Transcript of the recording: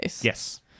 Yes